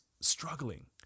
struggling